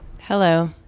Hello